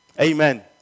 Amen